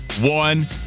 One